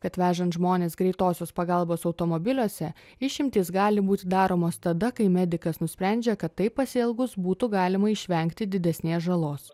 kad vežant žmones greitosios pagalbos automobiliuose išimtys gali būti daromos tada kai medikas nusprendžia kad taip pasielgus būtų galima išvengti didesnės žalos